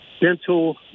dental